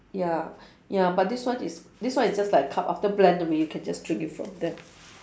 ya ya but this one is this one is just like cup after blend already you can just drink it from there